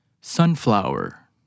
Sunflower